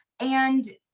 and